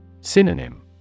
Synonym